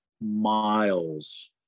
miles